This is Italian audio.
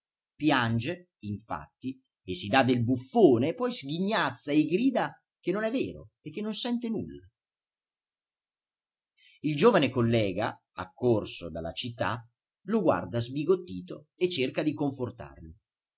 piange infatti e si dà del buffone e poi sghignazza e grida che non è vero e che non sente nulla il giovane collega accorso dalla città lo guarda sbigottito e cerca di confortarlo